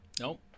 Nope